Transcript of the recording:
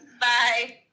Bye